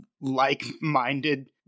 like-minded